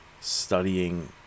studying